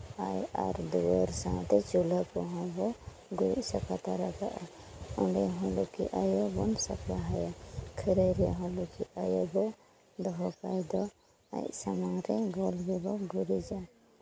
ᱚᱲᱟᱜ ᱟᱨ ᱫᱩᱣᱟᱹᱨ ᱥᱟᱶᱛᱮ ᱪᱩᱞᱦᱟᱹ ᱠᱚᱦᱚᱸ ᱵᱚ ᱜᱩᱨᱤᱡ ᱥᱟᱯᱷᱟ ᱛᱟᱨᱟ ᱠᱟᱜᱼᱟ ᱚᱸᱰᱮ ᱦᱚᱸ ᱞᱩᱠᱠᱷᱤ ᱟᱭᱳ ᱵᱚᱱ ᱥᱟᱯᱷᱟᱭᱟ ᱠᱷᱟᱹᱨᱟᱹᱭ ᱨᱮᱦᱚᱸ ᱞᱩᱠᱠᱷᱤ ᱟᱭᱳ ᱵᱚᱱ ᱫᱚᱦᱚ ᱠᱟᱭᱫᱚ ᱟᱡ ᱥᱟᱢᱟᱝ ᱨᱮ ᱜᱚᱲ ᱨᱮᱵᱚᱱ ᱜᱩᱨᱤᱡᱟ